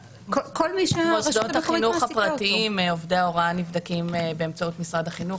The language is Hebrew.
-- במוסדות החינוך הפרטיים עובדי ההוראה נבדקים באמצעות משרד החינוך.